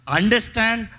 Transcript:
understand